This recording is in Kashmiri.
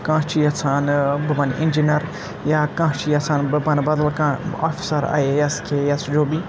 کانٛہہ چھِ یژھان ٲں بہٕ بَنہٕ اِنجیٖنَر یا کانٛہہ چھِ یژھان بہٕ بَنہٕ بدل کانٛہہ اَفسر I A S K A S جو بھی